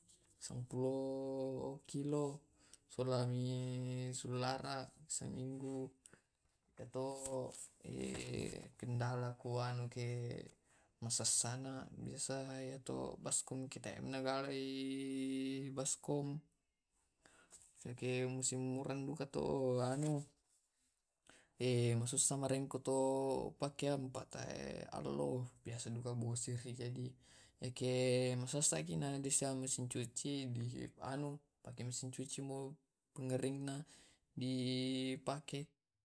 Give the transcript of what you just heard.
Iyato caraku bissai baju to pertama to u rendam jolo, mani tu kupakeang sabung, mane ntu kusikai, mani dibilas, mani dailbui. Tujunna pakeanku kubissai seminggu to pitu. Iyato kendalaku bissai baju ke musim urang to, tae na maboto baju urang tarruki.